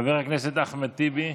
חבר הכנסת אחמד טיבי,